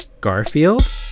Garfield